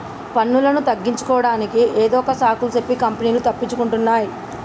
పన్నులను తగ్గించుకోడానికి ఏదొక సాకులు సెప్పి కంపెనీలు తప్పించుకుంటున్నాయ్